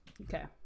Okay